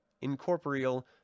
incorporeal